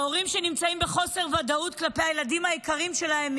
להורים שנמצאים בחוסר ודאות כלפי הילדים שלהם,